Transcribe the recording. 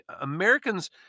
Americans